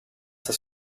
στα